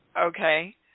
Okay